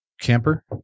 Camper